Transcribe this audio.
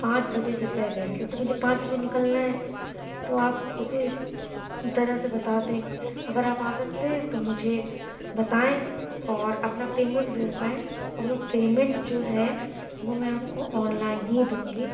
پانچ سے پہلے کیوں کہ مجھے پانچ بجے نكلنا ہے تو آپ اُسی طرح سے بتا دیں اگر آپ آ سکتے ہیں تو مجھے بتائیں اور اپنا پیمنٹ بھی بتائیں اپنا پیمنٹ جو ہے وہ میں آپ کو آن لائن ہی دوں گی